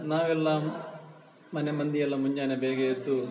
ನಾವೆಲ್ಲ ಮನೆ ಮಂದಿಯೆಲ್ಲ ಮುಂಜಾನೆ ಬೇಗ ಎದ್ದು